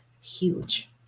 huge